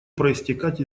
проистекать